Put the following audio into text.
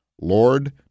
Lord